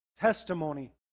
testimony